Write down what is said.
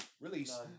Release